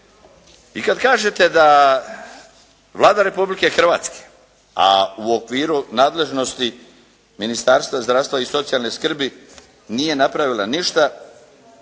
I kada kažete da Vlada Republke Hrvatske, a u okviru nadležnosti Ministarstva zdravstva i socijalne skrbi nije napravila ništa,